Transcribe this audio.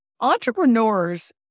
entrepreneurs